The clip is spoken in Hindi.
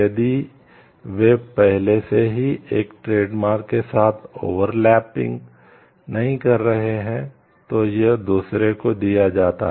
इसलिए एक ट्रेडमार्क नहीं कर रहे हैं तो यह दूसरे को दिया जाता है